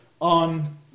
on